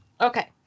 okay